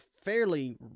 fairly